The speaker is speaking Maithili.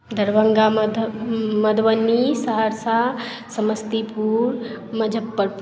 दरभङ्गा मधुबनी सहरसा समस्तीपुर मुजफ्फरपुर